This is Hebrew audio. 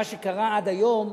מה שקרה עד היום,